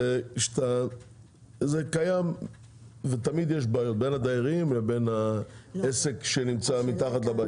זה קיים ותמיד יש בעיות בין הדיירים לבין העסק שנמצא מתחת לבית.